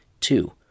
Two